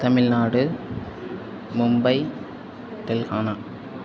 Tamil Nadu Mumbai Telangana